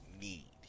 need